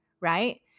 right